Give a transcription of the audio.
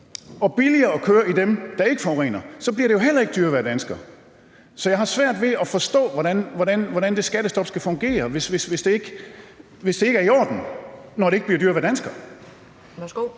og billigere at køre i dem, der ikke forurener, bliver det jo heller ikke dyrere at være dansker. Så jeg har svært ved at forstå, hvordan det skattestop skal fungere, hvis det ikke er i orden, når det ikke bliver dyrere at være dansker.